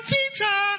Peter